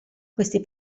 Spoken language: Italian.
questi